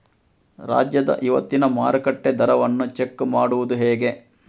ರಾಜ್ಯದ ಇವತ್ತಿನ ಮಾರುಕಟ್ಟೆ ದರವನ್ನ ಚೆಕ್ ಮಾಡುವುದು ಹೇಗೆ?